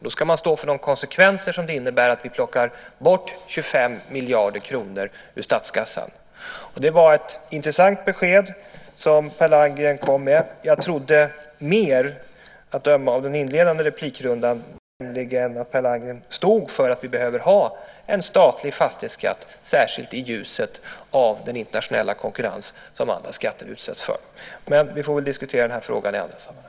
Då ska man stå för de konsekvenser som det innebär att vi plockar bort 25 miljarder kronor ur statskassan. Det var ett intressant besked som Per Landgren kom med. Jag trodde mer, att döma av den inledande replikrundan, nämligen att Per Landgren stod för att vi behöver ha en statlig fastighetsskatt, särskilt i ljuset av den internationella konkurrens som andra skatter utsätts för. Men vi får väl diskutera den frågan i annat sammanhang.